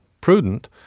prudent